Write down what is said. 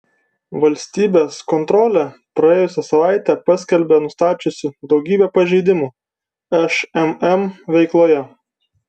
valstybės kontrolė praėjusią savaitę paskelbė nustačiusi daugybę pažeidimų šmm veikloje